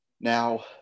now